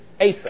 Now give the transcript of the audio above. Asa